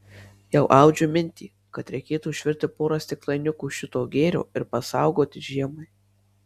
jau audžiu mintį kad reikėtų išvirti porą stiklainiukų šito gėrio ir pasaugoti žiemai